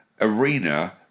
arena